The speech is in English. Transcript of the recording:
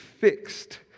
fixed